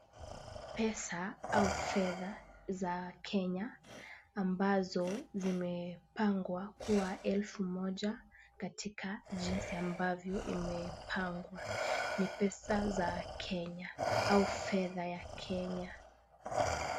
Pesa au fedha za Kenya ambazo zimepangwa kwa elfu moja katika jinsi ambavyo imepangwa, ni pesa za Kenya au fedha ya Kenya.